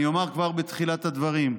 אני אומר כבר בתחילת הדברים: